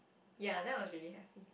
yeah that was really happy